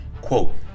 quote